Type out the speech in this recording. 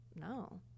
no